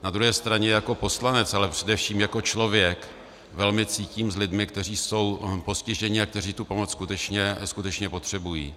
Na druhé straně jako poslanec, ale především jako člověk velmi cítím s lidmi, kteří jsou postiženi a kteří tu pomoc skutečně, skutečně potřebují.